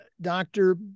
Doctor